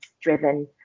driven